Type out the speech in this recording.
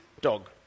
dog